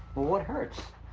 well, what hurts?